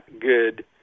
good